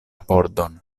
pordon